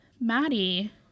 Maddie